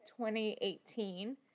2018